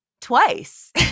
twice